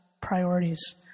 priorities